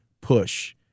push